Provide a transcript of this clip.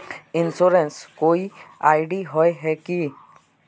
Insurance कोई ID होय है की?